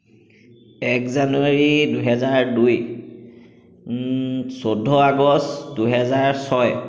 এক জানুৱাৰী দুহেজাৰ দুই চৌধ্য আগষ্ট দুহেজাৰ ছয়